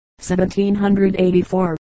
1784